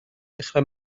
dechrau